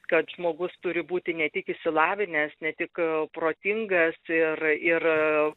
kad žmogus turi būti ne tik išsilavinęs ne tik protingas ir ir